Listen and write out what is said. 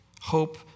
hope